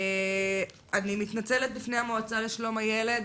אני מתנצלת בפני המועצה לשלום הילד.